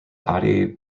adi